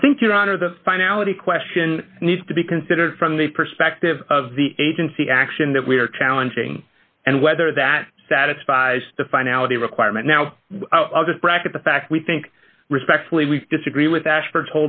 i think your honor the finality question needs to be considered from the perspective of the agency action that we are challenging and whether that satisfies the finality requirement now i'll just bracket the fact we think respectfully we disagree with ashford